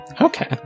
Okay